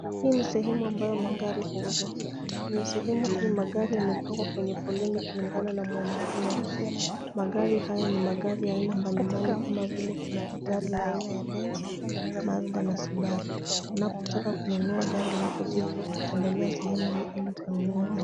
Hii ni sehemu ambayo magari huuzwa. Kwenye sehemu hii magari yamepangwa kwenye foleni kulingana na mwonekano wao. Magari haya ni magari aina mbali mbali kama vile kuna gari aina ya Benz, Mazda na Subaru. Unapotaka kununua gari lako jipya utatembelea sehemu hii ili ukanunue gari.